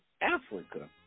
Africa